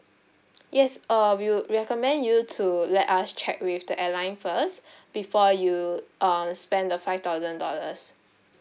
yes uh we will recommend you to let us check with the airline first before you um spend the five thousand dollars